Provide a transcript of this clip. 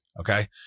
Okay